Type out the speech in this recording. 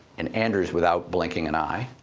and anders, without blinking an eye,